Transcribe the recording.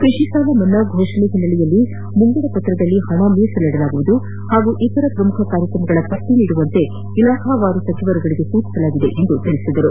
ಕೃಷಿ ಸಾಲ ಮನ್ನಾ ಘೋಷಣೆ ಹಿನ್ನೆಲೆಯಲ್ಲಿ ಮುಂಗಡಪತ್ರದಲ್ಲಿ ಹಣ ಮೀಸಲಿಡಲಾಗುವುದು ಹಾಗೂ ಇತರ ಪ್ರಮುಖ ಕಾರ್ಯಕ್ರಮಗಳ ಪಟ್ಟಿ ನೀಡುವಂತೆ ಇಲಾಖಾವಾರು ಸಚಿವರುಗಳಿಗೆ ಸೂಚಿಸಲಾಗಿದೆ ಎಂದು ಅವರು ತಿಳಿಸಿದರು